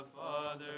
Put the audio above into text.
Father